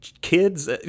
kids